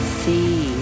see